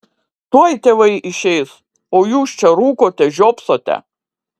tuoj tėvai išeis o jūs čia rūkote žiopsote